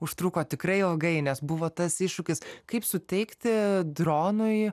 užtruko tikrai ilgai nes buvo tas iššūkis kaip suteikti dronui